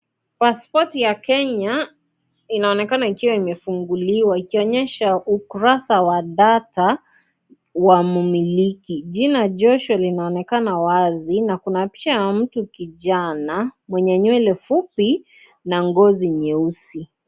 Paspoti ya Kenya inaonekana ikiwa imefunguliwa ikionyesha ukurasa wa data wa mumiliki jina Joshua linaonekana wazima na kuna picha ya mtu kijana mwenye nywele fupi na ngozi nyeusi.